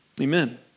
Amen